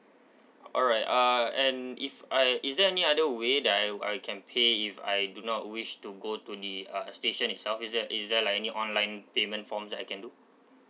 alright uh and if I is there any other way that I'll I can pay if I do not wish to go to the uh station itself is there is there like any online payment forms that I can do